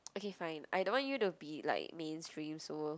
okay fine I don't want you to be like mainstream so